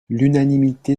l’unanimité